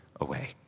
away